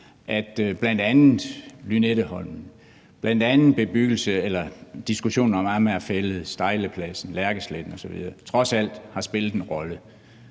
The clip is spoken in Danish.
at bl.a. Lynetteholmen og diskussionen om Amager Fælled, Stejlepladsen, Lærkesletten osv. trods alt har spillet en rolle.